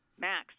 max